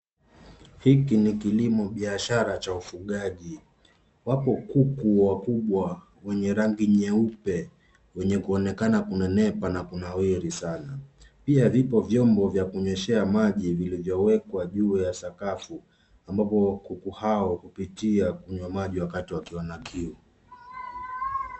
Hiki ni kilimo biashara cha ufugaji, wapo kuku wakubwa wenye rangi nyeupe wenye kuonekana kunenepa na kunawiri sana. Pia vipo vyombo vya kunyeshea maji vilivyowekwa juu ya sakafu ambapo kuku hao hupitia na kunyua maji wakati wakiwa na kiu.